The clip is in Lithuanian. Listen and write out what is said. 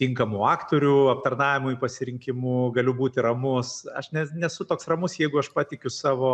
tinkamu aktorių aptarnavimui pasirinkimu galiu būti ramus aš ne nesu toks ramus jeigu aš patikiu savo